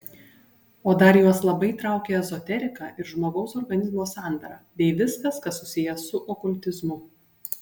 o dar juos labai traukia ezoterika ir žmogaus organizmo sandara bei viskas kas susiję su okultizmu